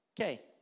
okay